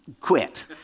Quit